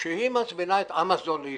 שהיא מזמינה את אמזון לישראל,